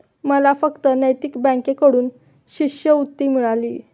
मला फक्त नैतिक बँकेकडून शिष्यवृत्ती मिळाली